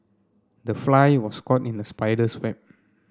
the fly was caught in the spider's web